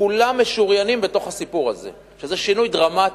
כולם משוריינים בתוך הסיפור הזה, וזה שינוי דרמטי,